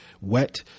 wet